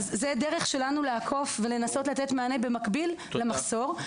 אז זו הדרך שלנו לעקוף ולתת מענה במקביל למחסור.